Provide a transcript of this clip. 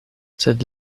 sed